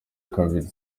kabiri